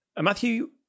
Matthew